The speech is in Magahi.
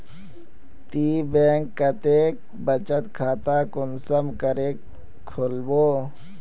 ती बैंक कतेक बचत खाता कुंसम करे खोलबो?